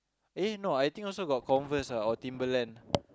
eh no I think also got Converse ah or Timberland